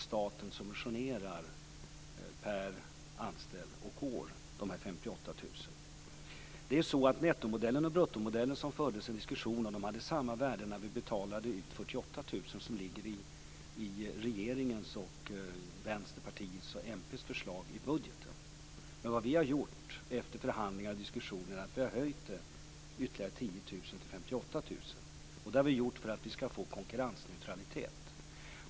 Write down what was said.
Staten subventionerar med dessa 58 000 per anställd och år. Det fördes en diskussion om nettomodellen och bruttomodellen. De har samma värde om vi betalar ut de 48 000 som ligger i regeringens, Vänsterpartiets och Miljöpartiets förslag i budgeten. Efter förhandlingar och diskussioner har vi höjt det med 10 000 till 58 000. Det har vi gjort för att få konkurrensneutralitet.